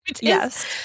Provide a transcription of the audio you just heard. yes